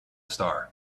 star